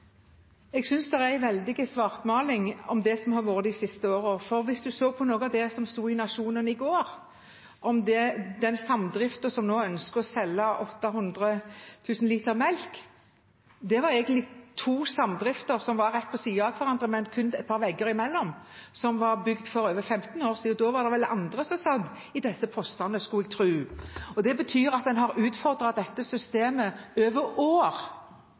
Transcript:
Jeg synes det er en veldig svartmaling av det som har vært de siste årene. Hvis en så på noe av det som sto i Nationen i går, om den samdriften som nå ønsker å selge kvoten på 800 000 liter melk, var det egentlig to samdrifter som lå rett ved siden av hverandre, med kun et par vegger imellom, og som var bygd for over 15 år siden. Da var det vel andre som satt i disse postene, skulle jeg tro. Det betyr at en har utfordret dette systemet over år,